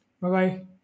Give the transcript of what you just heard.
Bye-bye